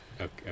okay